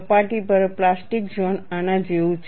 સપાટી પર plastic zone આના જેવું છે